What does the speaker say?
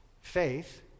Faith